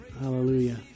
Hallelujah